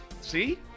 see